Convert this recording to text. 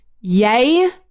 yay